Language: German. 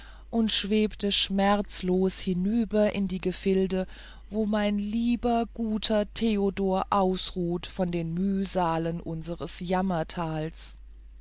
und schwebte schmerzlos hinüber in die gefilde wo mein lieber guter theodor ausruht von den mühsalen unseres